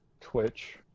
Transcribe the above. Twitch